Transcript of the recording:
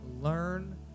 learn